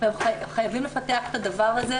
חייבים לפתח את הדבר הזה,